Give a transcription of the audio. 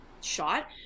shot